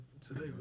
today